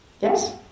yes